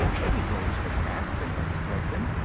if we go into the past and exploit them,